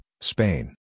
Spain